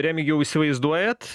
remigijau įsivaizduojat